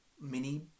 mini